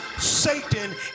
Satan